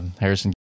Harrison